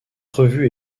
revue